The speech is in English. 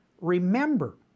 remember